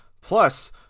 plus